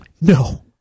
No